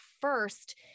first